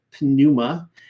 pneuma